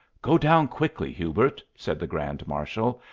go down quickly, hubert, said the grand marshal,